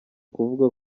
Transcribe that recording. kuvuga